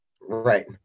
Right